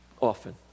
often